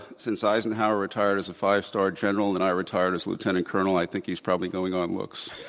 since eisenhower retired as a five-star general and i retired as a lieutenant colonel, i think he's probably going on looks.